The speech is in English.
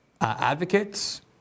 advocates